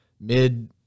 mid